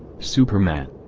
superman.